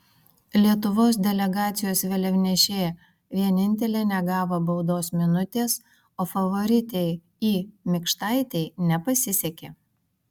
lietuvos delegacijos vėliavnešė vienintelė negavo baudos minutės o favoritei i mikštaitei nepasisekė